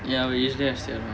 ya we usually damn sian